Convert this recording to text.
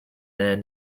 then